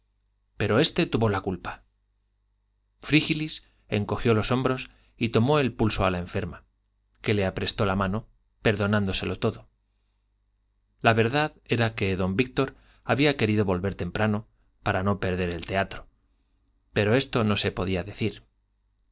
pero este tuvo la culpa frígilis encogió los hombros y tomó el pulso a la enferma que le apretó la mano perdonándoselo todo la verdad era que don víctor había querido volver temprano para no perder el teatro pero esto no se podía decir